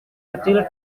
kecil